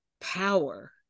power